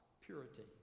purity